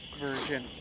version